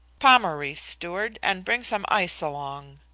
pommery, steward, and bring some ice along.